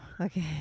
Okay